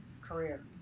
career